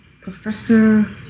Professor